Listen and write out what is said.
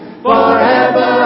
forever